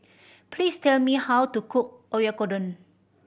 please tell me how to cook Oyakodon